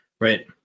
Right